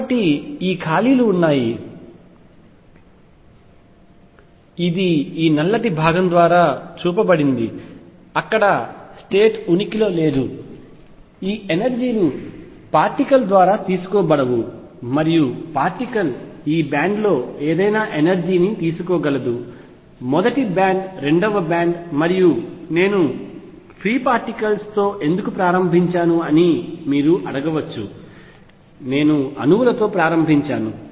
కాబట్టి ఈ ఖాళీలు ఉన్నాయి ఇది ఈ నల్లటి భాగం ద్వారా చూపబడింది అక్కడ స్టేట్ ఉనికిలో లేదు ఈ ఎనర్జీ లు పార్టికల్ ద్వారా తీసుకోబడవు మరియు పార్టికల్ ఈ బ్యాండ్ లో ఏదైనా ఎనర్జీ ని తీసుకోగలదు మొదటి బ్యాండ్ రెండవ బ్యాండ్ మరియు నేను ఫ్రీ పార్టికల్స్ తో ఎందుకు ప్రారంభించాను అని మీరు అడగవచ్చు నేను అణువులతో ప్రారంభించవచ్చు